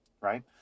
Right